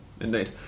indeed